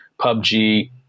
PUBG